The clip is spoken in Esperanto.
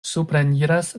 supreniras